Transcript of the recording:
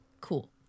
cool